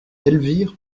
elvire